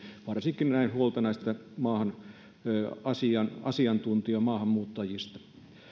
varsinkin näen huolta näistä asiantuntijamaahanmuuttajista